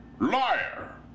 Liar